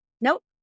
Nope